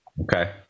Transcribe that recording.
Okay